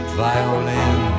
violin